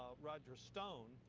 roger stone.